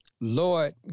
Lord